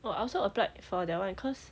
oh I also applied for that [one] cause